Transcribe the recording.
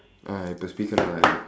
put speaker